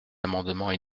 amendements